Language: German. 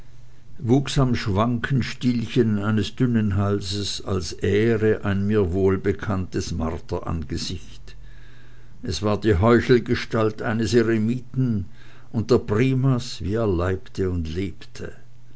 wuchs am schwanken stielchen eines dünnen halses als ähre ein mir wohlbekanntes marterangesicht es war die heuchelgestalt eines eremiten und der primas wie er leibte und lebte